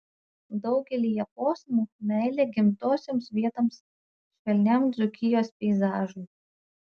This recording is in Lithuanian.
daugelyje posmų meilė gimtosioms vietoms švelniam dzūkijos peizažui